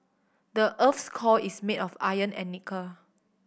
the earth's core is made of iron and nickel